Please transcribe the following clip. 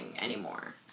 anymore